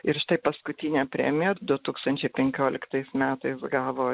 ir štai paskutinę premiją du tūkstančiai penkioliktais metais gavo